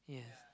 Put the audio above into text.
yes